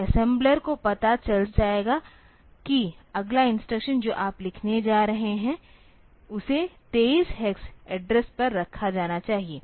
तो असेम्बलर को पता चल जाएगा कि अगला इंस्ट्रक्शन जो आप लिखने जा रहे हैं उसे 23 हेक्स एड्रेस पर रखा जाना चाहिए